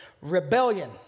Rebellion